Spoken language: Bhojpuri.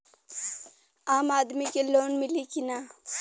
आम आदमी के लोन मिली कि ना?